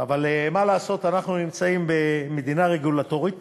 אבל מה לעשות, אנחנו נמצאים במדינה רגולטורית